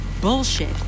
bullshit